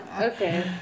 Okay